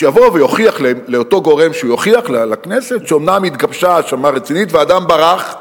שיבוא אותו גורם ויוכיח לכנסת שאומנם התגבשה האשמה רצינית ואדם ברח,